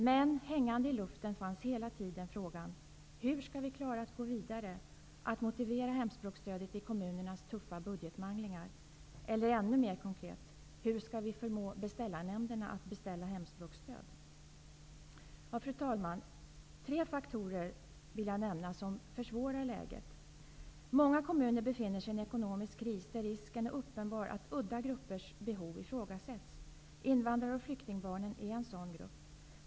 Men hängande i luften fanns hela tiden frågan: Hur skall vi klara att gå vidare, att motivera hemspråksstödet i kommunernas tuffa budgetmanglingar? Eller ännu mer konkret: Hur skall vi förmå beställarnämnderna att beställa hemspråksstöd? Fru talman! Jag vill nämna tre faktorer som försvårar läget. För det första befinner sig många kommuner i en ekonomisk kris, där risken är uppenbar att udda gruppers behov ifrågsätts. Invandrar och flyktingbarnen är en sådan grupp.